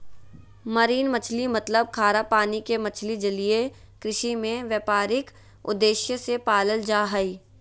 marine मछली मतलब खारा पानी के मछली जलीय कृषि में व्यापारिक उद्देश्य से पालल जा हई